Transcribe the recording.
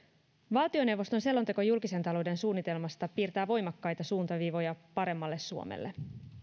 valtioneuvoston selonteko julkisen talouden suunnitelmasta piirtää voimakkaita suuntaviivoja paremmalle suomelle